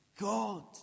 God